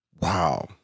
Wow